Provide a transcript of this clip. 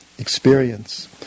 experience